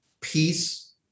peace